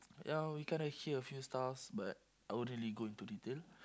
ya we kind of hear a few stuffs but I wouldn't really go into detail